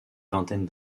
vingtaine